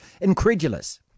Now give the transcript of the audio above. incredulous